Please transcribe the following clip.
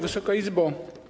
Wysoka Izbo!